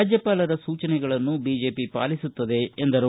ರಾಜ್ಯಪಾಲರ ಸೂಚನೆಗಳನ್ನು ಬಿಜೆಪಿ ಪಾಲಿಸುತ್ತದೆ ಎಂದರು